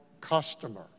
customer